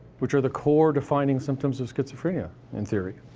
which are the core, defining symptoms of schizophrenia, in theory.